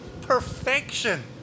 perfection